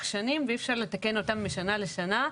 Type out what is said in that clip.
שנים ואי אפשר לתקן אותם משנה לשנה.